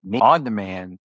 on-demand